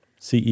CE